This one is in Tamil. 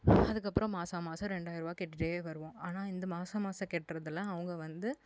அதுக்கப்புறம் மாதம் மாதம் ரெண்டாயிருபா கட்டிட்டே வருவோம் ஆனால் இந்த மாதம் மாதம் கட்டுறதுலாம் அவங்க வந்து